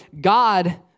God